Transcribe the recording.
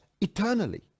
eternally